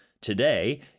today